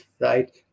right